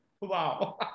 Wow